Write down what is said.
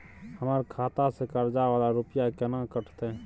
हमर खाता से कर्जा वाला रुपिया केना कटते?